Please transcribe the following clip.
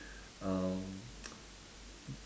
um